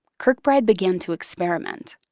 kirkbride began to experiment.